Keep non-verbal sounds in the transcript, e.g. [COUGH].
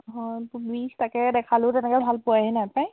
হয় [UNINTELLIGIBLE] তাকে দেখালেও তেনেকৈ ভাল পোৱাই নাই পায়